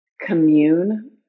commune